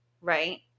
right